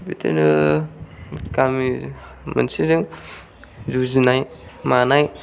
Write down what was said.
बिदिनो गामि मोनसेजों जुजिनाय मानाय